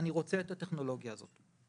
אני רוצה את הטכנולוגיה הזאת.